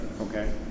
Okay